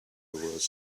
words